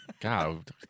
God